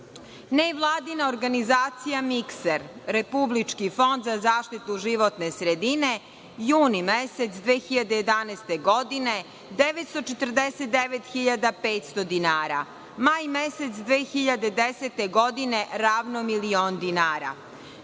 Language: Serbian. Nevladina organizacija mikser, republički fond za zaštitu životne sredine juni mesec 2011. godine, 949 500 dinara, maj mesec 2010. godine, ravno milion dinara,